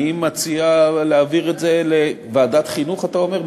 אני מציע להעביר את זה, לוועדת חינוך אתה אומר?